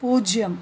பூஜ்ஜியம்